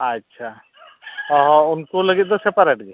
ᱟᱪᱪᱷᱟ ᱦᱮᱸ ᱦᱮᱸ ᱩᱱᱠᱩ ᱞᱟᱹᱜᱤᱫ ᱫᱚ ᱥᱮᱯᱟᱨᱮᱴ ᱜᱮ